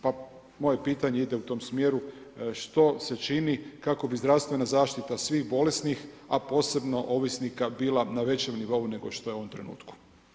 Pa moje pitanje u tom smjeru, što se čini kako bi zdravstvena zaštita svih bolesnih, a posebno ovisnika bila na većem nivou nego što je u ovom trenutku.